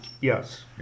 Yes